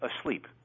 asleep